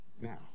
Now